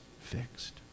fixed